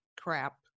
crap